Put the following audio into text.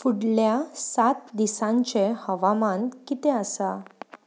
फुडल्या सात दिसांचें हवामान कितें आसा